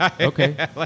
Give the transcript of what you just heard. Okay